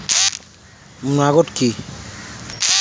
Maggot কি?